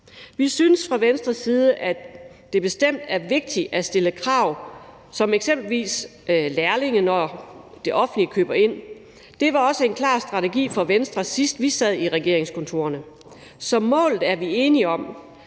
Vi synes fra Ventres side, at det bestemt er vigtigt at stille krav som f.eks. kravet om lærlinge, når det offentlige køber ind. Det var også en klar strategi fra Venstre, sidst vi sad i regeringskontorerne. Så målet er vi enige om.